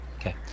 Okay